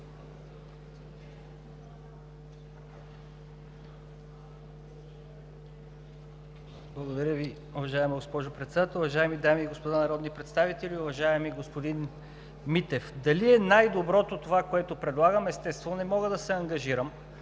Благодаря Ви, уважаема госпожо Председател. Уважаеми дами и господа народни представители! Уважаеми господин Митев, дали е най-доброто това, което предлагам, естествено, не мога да се ангажирам